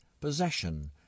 possession